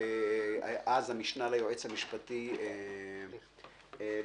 המשנה ליועץ המשפטי לממשלה דאז,